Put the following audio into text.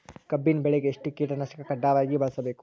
ಕಬ್ಬಿನ್ ಬೆಳಿಗ ಎಷ್ಟ ಕೀಟನಾಶಕ ಕಡ್ಡಾಯವಾಗಿ ಬಳಸಬೇಕು?